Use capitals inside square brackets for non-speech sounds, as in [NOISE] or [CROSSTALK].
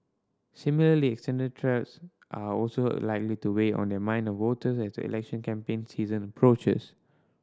similarly [UNINTELLIGIBLE] threats are also likely to weigh on the minds of voters as the election campaign season approaches